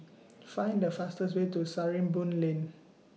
Find The fastest Way to Sarimbun Lane